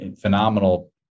phenomenal